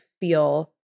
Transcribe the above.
feel